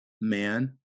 man